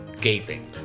gaping